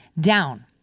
down